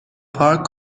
پارک